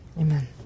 Amen